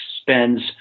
spends